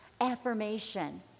affirmation